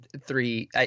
three